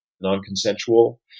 non-consensual